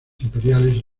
imperiales